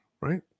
right